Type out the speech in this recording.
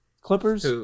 Clippers